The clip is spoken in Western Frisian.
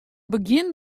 begjin